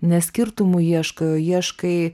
ne skirtumų ieškai o ieškai